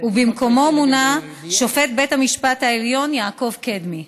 ובמקומו מונה שופט בית המשפט העליון יעקב קדמי.